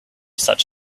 such